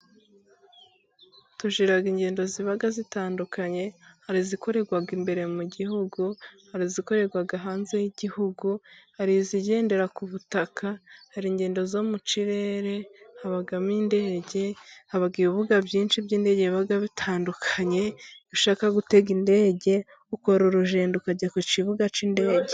Tugira ingendo ziba zitandukanye, hari izikorerwa imbere mu gihugu, hazi izikorerwa hanze y'igihugu, hari izigendera ku butaka, hari ingendo zo mu kirere, habamo indege, haba ibibuga byinshi by'indege bigiye bitandukanye, ushaka gutega indege ukora urugendo ukajya ku kibuga cy'indege.